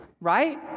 Right